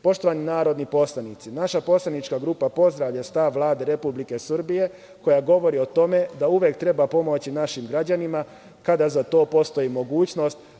Poštovani narodni poslanici, naša poslanička grupa pozdravlja stav Vlade Republike Srbije, koja govori o tome da uvek treba pomoći našim građanima kada za to postoji mogućnost.